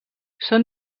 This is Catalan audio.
són